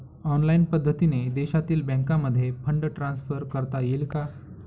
Online पद्धतीने देशातील बँकांमध्ये फंड ट्रान्सफर करता येईल का?